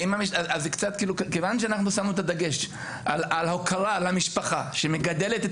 כיוון שאנחנו שמנו את הדגש על הוקרה למשפחה שמגדלת את